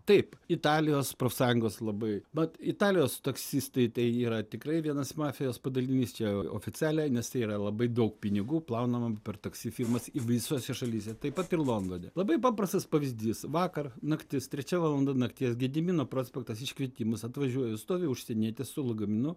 taip italijos profsąjungos labai mat italijos taksistai tai yra tikrai vienas mafijos padalinys čia oficialiai nes tai yra labai daug pinigų plaunama per taksi firmas visose šalyse taip pat ir londone labai paprastas pavyzdys vakar naktis trečia valanda nakties gedimino prospektas iškvietimus atvažiuoju stovi užsienietis su lagaminu